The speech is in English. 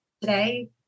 today